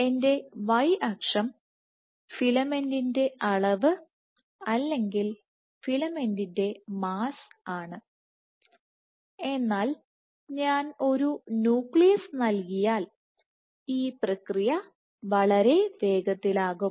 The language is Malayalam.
എന്റെ Y അക്ഷം ഫിലമെന്റിന്റെ അളവ് അല്ലെങ്കിൽ ഫിലമെന്റിന്റെ മാസ്സ് ആണ് എന്നാൽ ഞാൻ ഒരു ന്യൂക്ലിയസ് നൽകിയാൽ ഈ പ്രക്രിയ വളരെ വേഗത്തിലാകും